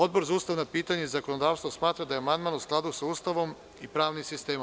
Odbor za ustavna pitanja i zakonodavstvo smatra da je amandman u skladu sa Ustavom i pravnim sistemom.